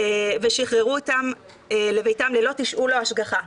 ושחררו אותם לביתם ללא תשאול או השגחה.